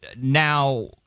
now